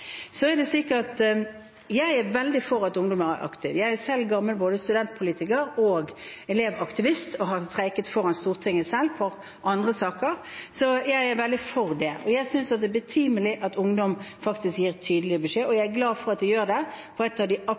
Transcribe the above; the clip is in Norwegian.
Jeg er veldig for at ungdommer er aktive. Jeg er gammel studentpolitiker og elevaktivist og har streiket foran Stortinget selv, for andre saker. Så jeg er veldig for det, jeg synes det er betimelig at ungdom gir tydelig beskjed, og jeg er glad for at de gjør det om en av de